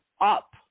up